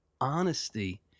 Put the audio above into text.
honesty